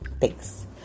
thanks